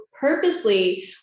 purposely